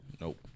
Nope